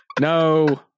No